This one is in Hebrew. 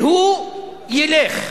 והוא ילך.